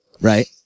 Right